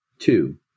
Two